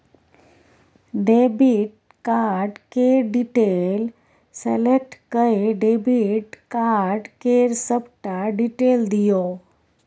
debit card केर detail select कए debit card केर सबटा डिटेल दियौ